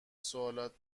سوالات